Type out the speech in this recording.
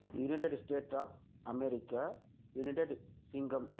united state of America united Singam